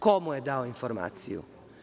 Ko mu je dao informaciju?